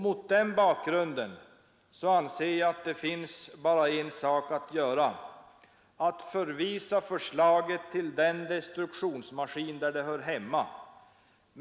Mot den bakgrunden anser jag att det bara finns en sak att göra — att förvisa lagförslaget till den destruktionsmaskin där det hör hemma.